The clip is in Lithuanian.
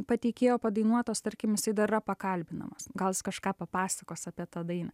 pateikėjo padainuotos tarkim jisai dar yra pakalbinamas gal jis kažką papasakos apie tą dainą